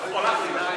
הוא הלך ל"דאעש"?